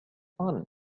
fun